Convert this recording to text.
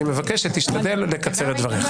אני מבקש שתשתדל לקצר את דבריך.